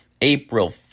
April